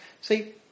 See